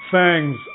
Thanks